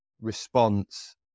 response